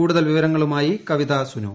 കൂടുതൽ വിവരങ്ങളുമായി കവിതസുനു